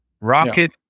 Rocket